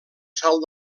salt